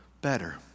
better